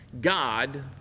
God